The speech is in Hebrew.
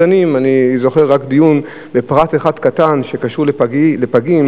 אני זוכר דיון בפרט אחד קטן שקשור לפגים